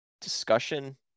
discussion